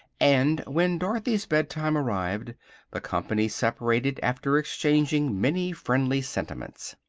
and when dorothy's bed time arrived the company separated after exchanging many friendly sentiments.